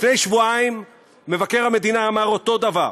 לפני שבועיים מבקר המדינה אמר אותו דבר.